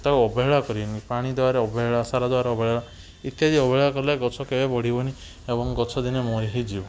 ତ ଅବହେଳା କରିବେନି ପାଣି ଦବାରେ ଅବହେଳା ସାର ଦବାରେ ଅବହେଳା ଇତ୍ୟାଦି ଅବହେଳା କଲେ ଗଛ କେବେ ବଢ଼ିବନି ଏବଂ ଗଛ ଦିନେ ମରି ହିଁ ଯିବ